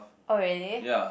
oh really